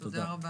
תודה.